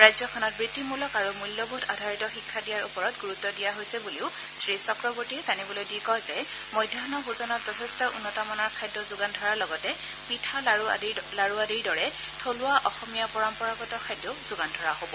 ৰাজ্যখনত বৃত্তিমূলক আৰু মূল্যবোধ আধাৰিত শিক্ষা দিয়াৰ ওপৰত গুৰুত্ব দিয়া হৈছে বুলিও শ্ৰীচক্ৰৱৰ্তীয়ে জানিবলৈ দি কয় যে মধ্যাহ্ণ ভোজনত যথেষ্ট উন্নত মানৰ খাদ্য যোগান ধৰাৰ লগতে পিঠা লাৰু আদিৰ দৰে থলুৱা অসমীয়া পৰম্পৰাগত খাদ্য যোগান ধৰা হ'ব